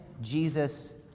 Jesus